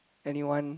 anyone